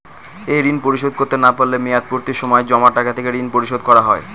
এই ঋণ পরিশোধ করতে না পারলে মেয়াদপূর্তির সময় জমা টাকা থেকে ঋণ পরিশোধ করা হয়?